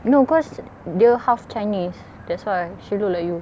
no cause dia half chinese that's why she look like you